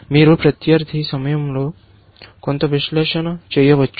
మీరు ప్రత్యర్థి సమయంలో కొంత విశ్లేషణ చేయవచ్చు